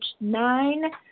nine